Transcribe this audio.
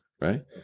right